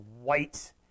white